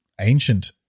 ancient